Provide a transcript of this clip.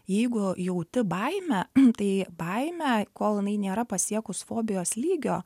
jeigu jauti baimę tai baimė kol jinai nėra pasiekus fobijos lygio